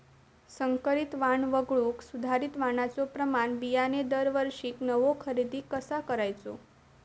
संकरित वाण वगळुक सुधारित वाणाचो प्रमाण बियाणे दरवर्षीक नवो खरेदी कसा करायचो?